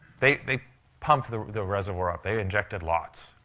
they they pumped the the reservoir up. they injected lots.